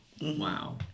Wow